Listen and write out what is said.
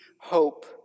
hope